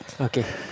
Okay